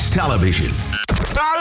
television